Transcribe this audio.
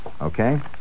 Okay